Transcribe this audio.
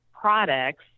products